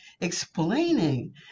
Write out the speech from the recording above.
explaining